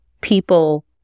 people